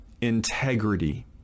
integrity